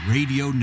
Radio